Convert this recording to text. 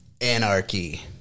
anarchy